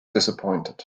disappointed